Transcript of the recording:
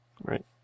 Right